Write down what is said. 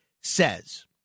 says